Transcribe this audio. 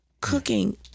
cooking